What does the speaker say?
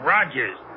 Rogers